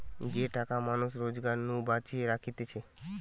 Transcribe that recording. যে টাকা মানুষ রোজগার নু বাঁচিয়ে রাখতিছে